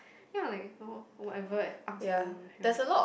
you know like oh whatever up to you that kind